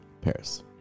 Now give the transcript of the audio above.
paris